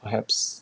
perhaps